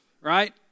right